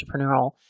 entrepreneurial